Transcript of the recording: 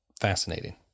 Fascinating